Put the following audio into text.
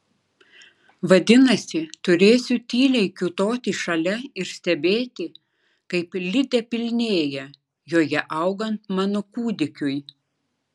vadinasi turėsiu tyliai kiūtoti šalia ir stebėti kaip lidė pilnėja joje augant mano kūdikiui